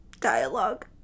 dialogue